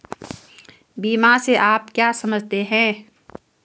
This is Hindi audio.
बीमा से आप क्या समझते हैं?